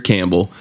Campbell